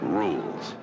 rules